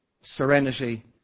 serenity